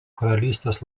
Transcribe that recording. karalystės